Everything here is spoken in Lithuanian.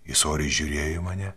jis oriai žiūrėjo į mane